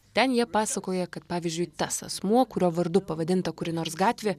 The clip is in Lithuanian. ten jie pasakoja kad pavyzdžiui tas asmuo kurio vardu pavadinta kuri nors gatvė